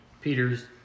Peter's